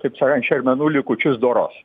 taip sakant šermenų likučius doros